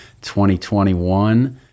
2021